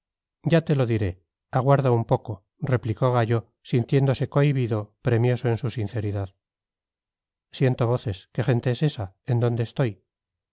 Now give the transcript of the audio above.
ya te lo diré aguarda un poco replicó gallo sintiéndose cohibido premioso en su sinceridad siento voces qué gente es esa en dónde estoy